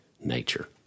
nature